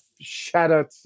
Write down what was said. shattered